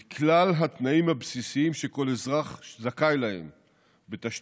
את כל התנאים הבסיסיים שכל אזרח זכאי להם בתשתיות,